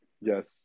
Yes